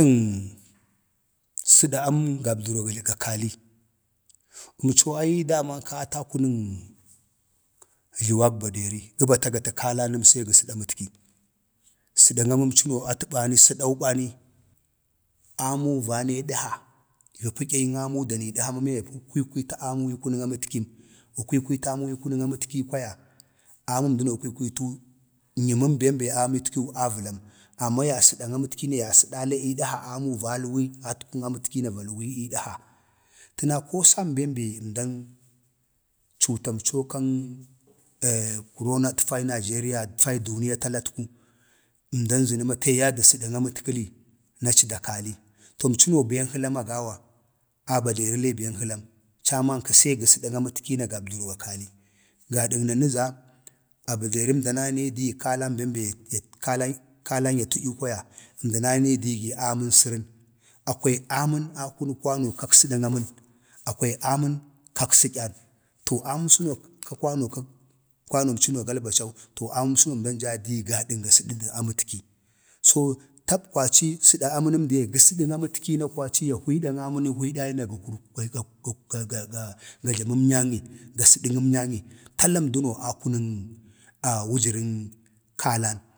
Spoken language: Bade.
sədan amuu gabdəro g kali, əmai nai dama kaka ətlatə akunən tluwag baderi, kag gəta kalanəm se gə səda əmtki, sədən aməmcəno atə bani səadau bani amu va nee dəla, ya pədyayən amu dani amii ma ya kwikwitan amuu ii kunən amətkim, gə kwikwitaəmuu ii kunəg amətki, kwaya aməmdən nyiməm bem be amətki avəlam, amma ya sədan amatki na ya sədala ii dəha amu va luwii ii amətki na va luwii iddha, təna ko sambem be əndan cutamco kən kurona ətkili na aci da kali, to əmcəno bən həlam agawa a baderi bən halam camun ka ben caman na nəza a baderi əmdan anayi digi kalan ben be kalan ya tədyu kwaya, əmdan anyi dii gi ii əmən sərən, akwai amən akunək kwano kak sədə amən akwai amən kak tədyan, to aməm səno ka kawano kak kwano m əcəno galbacau to əməmsəno əmdan jaa digi gada ga sədə amətki so kwaci sədən amənəmdiye, gə sədəmtkina kwaci ga hwiidim nyangi na ga ga dadməm mnyayi ga səda əmnyanyi talamadano akunan wujaran kalan,